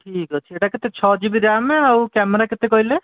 ଠିକ୍ ଅଛି ଏଇଟା କେତେ ଛଅ ଜି ବି ରାମ୍ ନା ଆଉ କ୍ୟାମେରା କେତେ କହିଲେ